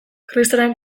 kristoren